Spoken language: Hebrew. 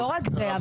לא רק זה,